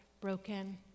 broken